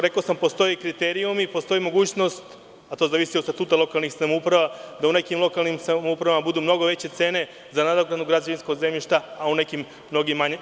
Rekao sam postoje kriterijumi, postoji mogućnost, a to zavisi od statuta lokalnih samouprava da u nekim lokalnim samoupravama budu mnogo veće cene za nadoknadu građevinskog zemljišta, a u nekim mnogo manje.